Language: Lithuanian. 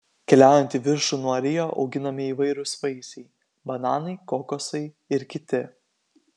keliaujant į viršų nuo rio auginami įvairūs vaisiai bananai kokosai ir kiti